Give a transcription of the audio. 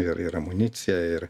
ir ir amunicija ir